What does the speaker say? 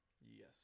Yes